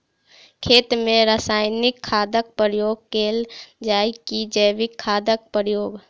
खेत मे रासायनिक खादक प्रयोग कैल जाय की जैविक खादक प्रयोग?